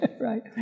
Right